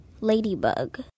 ladybug